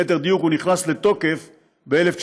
ליתר דיוק, הוא נכנס לתוקף ב-1993.